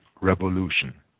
revolution